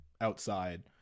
outside